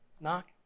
knock